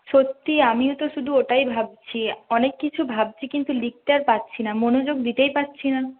সত্যি আমিও তো শুধু ওটাই ভাবছি অনেক কিছু ভাবছি কিন্তু লিখতে আর পারছি না মনোযোগ দিতেই পারছি না